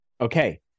okay